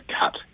cut